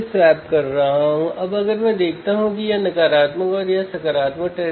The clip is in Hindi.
तो मैं लिखता हूं 104 104